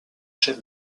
chef